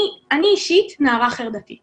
אני אישית נערה חרדתית